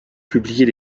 publier